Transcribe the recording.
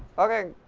okay,